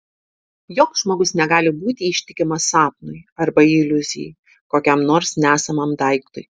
joks žmogus negali būti ištikimas sapnui arba iliuzijai kokiam nors nesamam daiktui